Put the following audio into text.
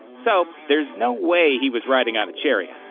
so, there's no way he was riding on a chariot.